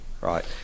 Right